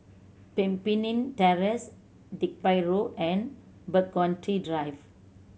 Pemimpin Terrace Digby Road and Burgundy Drive